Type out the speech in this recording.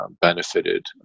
benefited